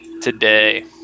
today